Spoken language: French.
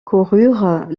coururent